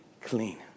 clean